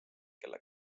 kelle